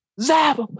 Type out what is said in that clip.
Zab